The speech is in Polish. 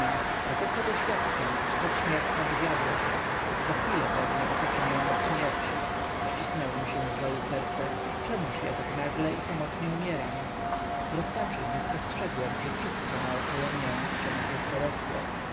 a to co doświadczam to przedśmiertne widziadła za chwilę pewno otoczy mię noc śmierci ścisnęło mi się z żalu serce czemuż ja tak nagle i samotnie umieram w rozpaczy nie spostrzegłem że wszystko naokoło mnie wciąż jeszcze rosło